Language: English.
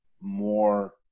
more